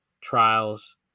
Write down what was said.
trials